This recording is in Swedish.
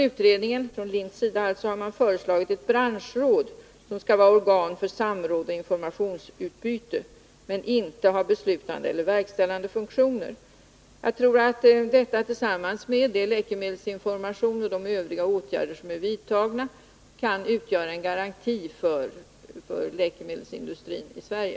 Utredningen — LIND -— har föreslagit ett branschråd, som skall vara organ för samråd och informationsutbyte men inte ha beslutande eller verkställande funktioner. Jag tror att detta tillsammans med läkemedelsinformationen och de övriga åtgärder som är vidtagna kan utgöra en garanti för läkemedelsindustrin i Sverige.